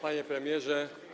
Panie Premierze!